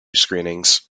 screenings